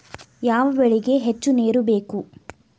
ಯಾವ ಬೆಳಿಗೆ ಹೆಚ್ಚು ನೇರು ಬೇಕು?